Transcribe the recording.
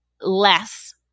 less